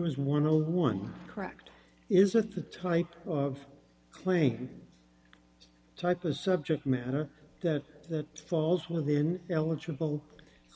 was one a one correct is that the type of plane type of subject matter that falls within eligible